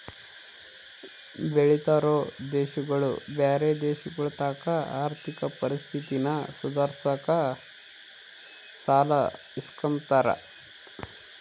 ಬೆಳಿತಿರೋ ದೇಶಗುಳು ಬ್ಯಾರೆ ದೇಶಗುಳತಾಕ ಆರ್ಥಿಕ ಪರಿಸ್ಥಿತಿನ ಸುಧಾರ್ಸಾಕ ಸಾಲ ಇಸ್ಕಂಬ್ತಾರ